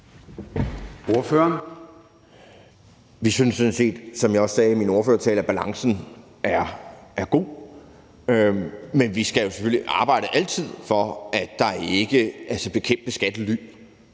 Andersen (V): Vi synes sådan set, som jeg også sagde i min ordførertale, at balancen er god, men vi skal selvfølgelig altid arbejde for at bekæmpe skattely,